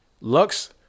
Lux